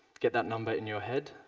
get that number in your head.